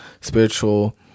spiritual